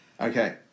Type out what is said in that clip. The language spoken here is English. Okay